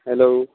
hello